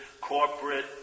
corporate